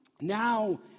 Now